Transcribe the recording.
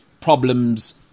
problems